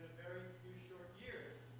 short years,